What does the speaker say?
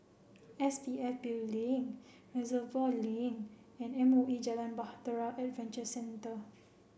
S P F Building Reservoir Link and M O E Jalan Bahtera Adventure Centre